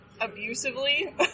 abusively